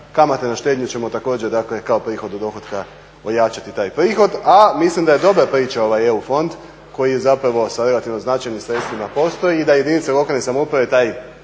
kamate na štednju ćemo također, dakle prihod od dohotka ojačati taj prihod, a mislim da je dobra priča ovaj EU fond koji je zapravo sa relativno značajnim sredstvima postoji i da jedinice lokalne samouprave taj